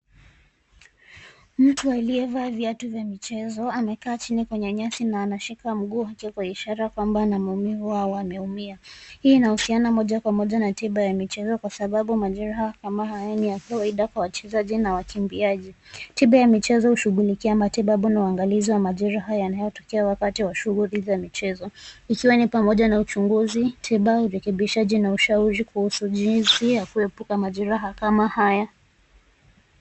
Mtu aliyevaa viatu vya michezo amekaa chini kwenye nyasi na anashika mguu wake kwa ishara kwamba ana maumivu au ameumia. Hii inahusiana moja kwa moja na tiba ya michezo kwa sababu majeraha kama hayani ya kawaida kwa wachezaji na wakimbiaji. Tiba ya michezo kushughulikia matibabu na uangalizi wa majera haya yanayotokea wakati wa shughuli za michezo ikiwa ni pamoja na uchunguzi, tiba, rekebishaji na ushauri kuhusu jinsi ya kuepuka majeraha kama haya.